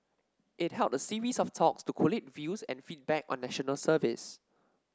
it held a series of talks to collate views and feedback on National Service